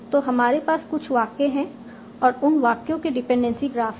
तो हमारे पास कुछ वाक्य है और उन वाक्यों के डिपेंडेंसी ग्राफ है